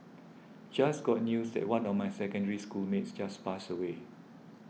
just got news that one of my Secondary School mates just passed away